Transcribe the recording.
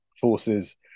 forces